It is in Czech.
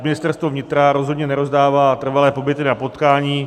Ministerstvo vnitra rozhodně nerozdává trvalé pobyty na potkání.